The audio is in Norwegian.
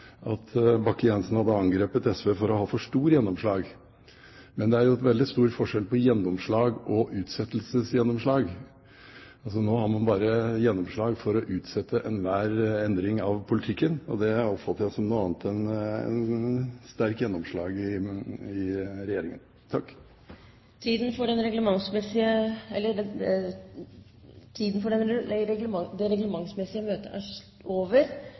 Bakke Jensen hadde angrepet SV for å ha for stort gjennomslag. Men det er jo veldig stor forskjell på gjennomslag og utsettelsesgjennomslag. Nå har man bare gjennomslag for å utsette enhver endring av politikken, og det oppfatter jeg som noe annet enn sterkt gjennomslag i regjeringen. Den reglementsmessige tiden for formiddagens møte er over. Presidenten vil foreslå at dette møtet fortsetter til sakene nr. 4 og 5 er avsluttet – og anser det